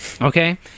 Okay